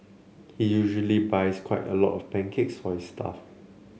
he usually buys quite a lot of pancakes for his staff